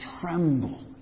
tremble